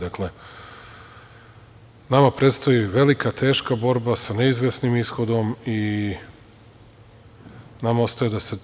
Dakle, nama predstoji velika, teška borba sa neizvesnim ishodom i nama ostaje da se